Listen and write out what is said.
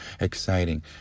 exciting